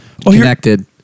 connected